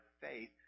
faith